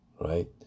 Right